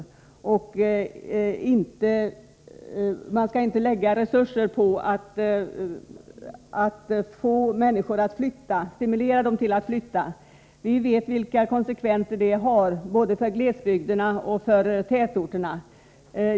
Däremot skall man inte använda resurserna för att stimulera människor att flytta. Vi vet vilka konsekvenser det blir både för glesbygderna och tätorterna.